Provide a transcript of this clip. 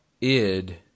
Id